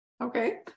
Okay